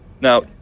Now